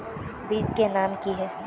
बीज के नाम की है?